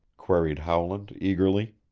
queried howland eagerly.